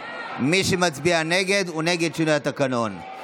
מי שמצביע נגד הוא נגד שינוי התקנון.